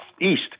East